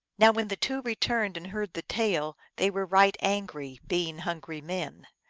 now when the two returned and heard the tale they were right angry, being hungry men.